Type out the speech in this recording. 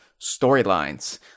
storylines